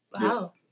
Wow